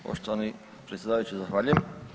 Poštovani predsjedavajući zahvaljujem.